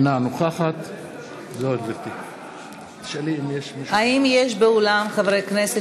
אינה נוכחת האם יש באולם חברי כנסת